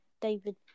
David